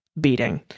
beating